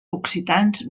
occitans